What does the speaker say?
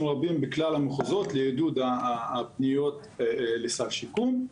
רבים בכלל המחוזות לעידוד הפניות לסל שיקום,